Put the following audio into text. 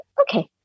okay